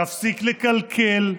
תפסיק לקלקל.